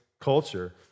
culture